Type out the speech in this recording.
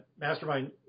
mastermind